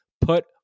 Put